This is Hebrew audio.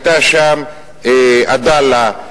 היה שם "עדאלה",